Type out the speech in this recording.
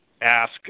ask